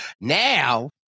now